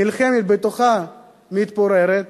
נלחמת בתוכה, מתפוררת,